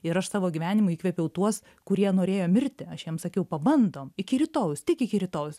ir aš savo gyvenimu įkvėpiau tuos kurie norėjo mirti aš jiem sakiau pabandom iki rytojaus tik iki rytojaus